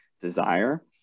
desire